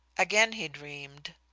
again he dreamed.